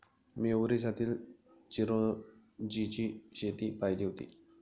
मी ओरिसातील चिरोंजीची शेती पाहिली होती